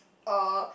uh